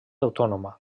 autònoma